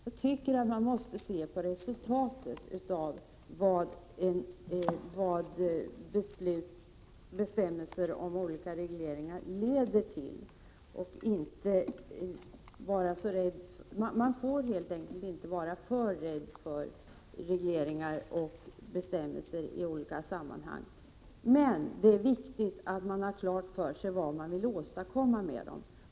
Jag tycker att man måste se till resultatet av vad bestämmelser och regleringar leder till. Man får helt enkelt inte vara för rädd för regleringar och bestämmelser i olika sammanhang. Men det är viktigt att man har klart för sig vad man vill åstadkomma med dem.